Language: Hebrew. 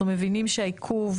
אנחנו מבינים שהעיכוב